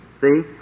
See